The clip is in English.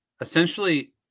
essentially